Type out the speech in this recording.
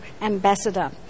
Ambassador